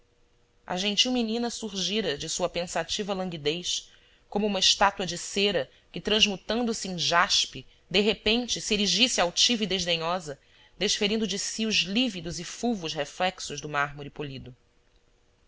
sorriso a gentil menina surgira de sua pensativa languidez como uma estátua de cera que transmutando se em jaspe de repente se erigisse altiva e desdenhosa desferindo de si os lívidos e fulvos reflexos do mármore polido